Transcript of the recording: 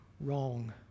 wrong